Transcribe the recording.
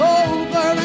over